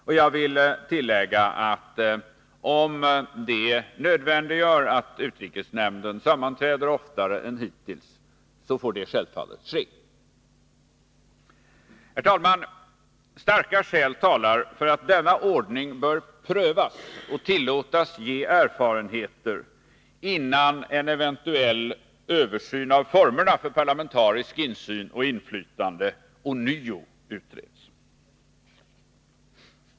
Om detta nödvändiggör att utrikesnämnden sammanträder oftare än hittills, får det självfallet ske. Herr talman! Starka skäl talar för att denna ordning bör prövas och tillåtas ge erfarenheter, innan en eventuell översyn av formerna för parlamentarisk insyn och inflytande ånyo utreds.